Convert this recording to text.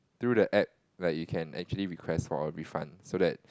through the app where you can actually request for a refund so that